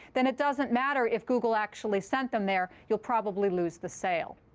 then it doesn't matter if google actually sent them there. you'll probably lose the sale.